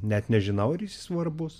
net nežinau ar jis svarbus